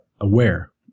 aware